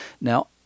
Now